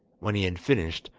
when he had finished,